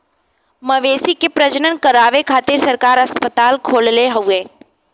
मवेशी के प्रजनन करावे खातिर सरकार अस्पताल खोलले हउवे